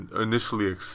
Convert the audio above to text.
initially